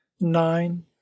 Nine